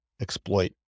exploit